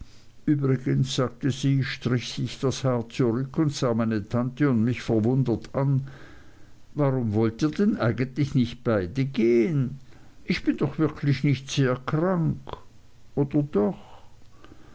übrigens sagte sie strich sich das haar zurück und sah meine tante und mich verwundert an warum wollt ihr denn eigentlich nicht beide gehen ich bin doch wirklich nicht sehr krank oder doch